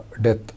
death